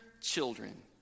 children